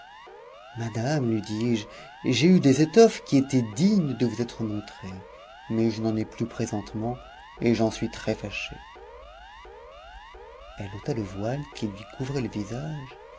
madame lui dis-je j'ai eu des étoffes qui étaient dignes de vous être montrées mais je n'en ai plus présentement et j'en suis trèsfâché elle ôta le voile qui lui couvrait le visage